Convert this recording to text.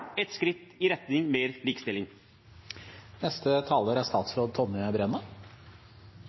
ett skritt i retning mer